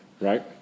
right